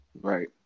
Right